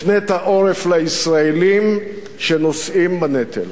הפנית עורף לישראלים שנושאים בנטל.